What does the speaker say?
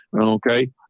okay